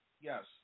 Yes